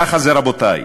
ככה זה, רבותי,